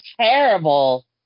terrible